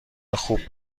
خوب